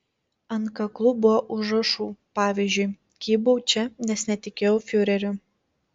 ant kaklų buvo užrašų pavyzdžiui kybau čia nes netikėjau fiureriu